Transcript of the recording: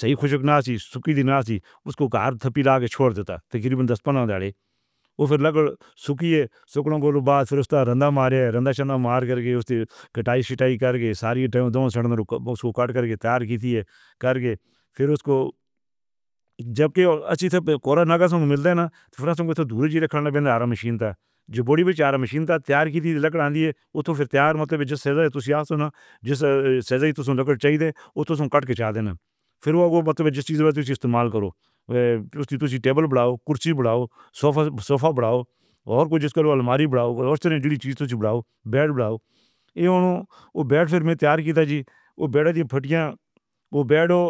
صحیح خشک نشی اُسکو لا کے چھوڑ دیندا تقریباً۔ سکڑوں کو رُبا پھر اُسدا رندا مار رہے ہے رندا شندا مار کر کے اُس توں کڑائی سنٹائی کر کے ساری اُسکو کاٹ کے تیار کی تھی کر کے پھر اُسکو جدوں کے اچھی طرح سے نہ مشین تھا تیار کی تھی۔ او تو پھر او استعمال کرو ٹیبل بݙاؤ کرسی بݙاؤ صوفہ صوفہ بݙاؤ تے کجھ کرو الماری بݙاؤ بید بݙاؤ او بید پھر میں تیار کی تھی جی او۔